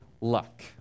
luck